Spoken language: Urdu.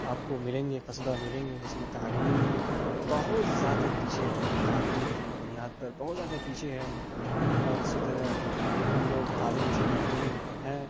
آپ کو ملیں گے قصبہ ملیں گے جس میں تعلیم بہت زیادہ پیچھے ہے تعلیم کی بنیاد پر بہت زیادہ پیچھے ہے اور اسی طرح ہم لوگ تعلیم سے محروم ہیں